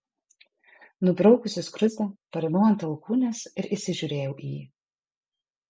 nubraukusi skruzdę parimau ant alkūnės ir įsižiūrėjau į jį